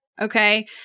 Okay